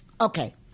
Okay